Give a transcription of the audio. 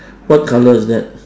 what colour is that